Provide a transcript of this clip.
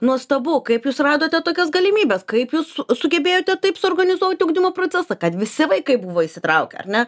nuostabu kaip jūs radote tokias galimybes kaip jūs su sugebėjote taip suorganizuot ugdymo procesą kad visi vaikai buvo įsitraukę ar ne